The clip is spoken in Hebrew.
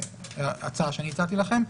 ההצעה שאני הצעתי לכם.